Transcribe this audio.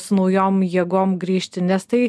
su naujom jėgom grįžti nes tai